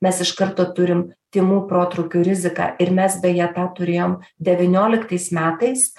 mes iš karto turim tymų protrūkių riziką ir mes beje tą turėjom devynioliktais metais